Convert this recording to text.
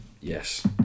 yes